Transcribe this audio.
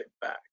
back